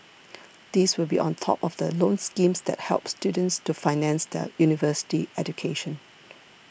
these will be on top of the loan schemes that help students to finance their university education